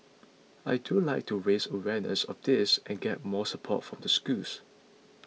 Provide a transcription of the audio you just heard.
I do like to raise awareness of this and get more support from the schools